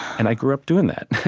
and i grew up doing that,